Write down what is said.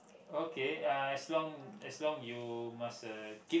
okay uh as long as long you must uh keep